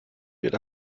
wird